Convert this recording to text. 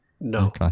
No